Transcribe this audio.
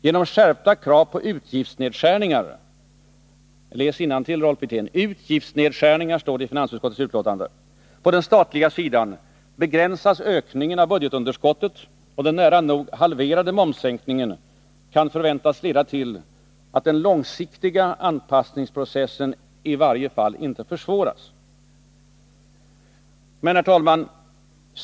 Genom skärpta krav på utgiftsnedskärningar — jag läser innantill, Rolf Wirtén; ”utgiftsnedskärningar” står det i finansutskottets betänkande — på den statliga sidan begränsas ökningen av budgetunderskottet, och den nära nog halverade momssänkningen kan förväntas leda till att den långsiktiga anpassningsprocessen i varje fall inte försvåras. Herr talman!